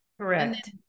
Correct